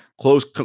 Close